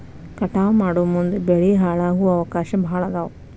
ಕಟಾವ ಮಾಡುಮುಂದ ಬೆಳಿ ಹಾಳಾಗು ಅವಕಾಶಾ ಭಾಳ ಅದಾವ